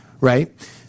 right